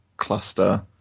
cluster